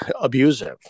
abusive